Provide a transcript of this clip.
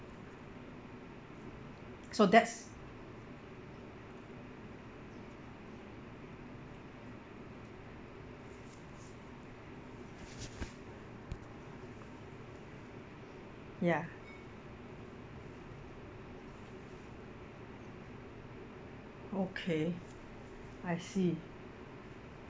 so that's ya okay I see